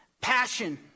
passion